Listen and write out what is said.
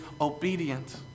obedient